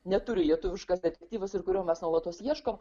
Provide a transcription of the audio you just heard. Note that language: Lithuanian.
neturi lietuviškas detektyvas ir kurio mes nuolatos ieškom